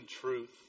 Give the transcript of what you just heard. truth